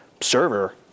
server